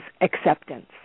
acceptance